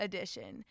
Edition